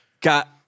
Got –